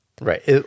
Right